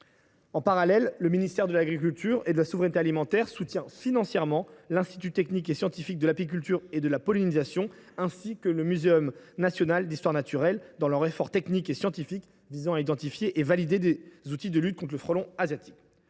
En parallèle, le ministère de l’agriculture et de la souveraineté alimentaire soutient financièrement l’Institut technique et scientifique de l’apiculture et de la pollinisation (Itsap) ainsi que le Muséum national d’histoire naturelle (MNHN) dans leurs efforts techniques et scientifiques visant à identifier et à valider ces outils de lutte contre le frelon asiatique.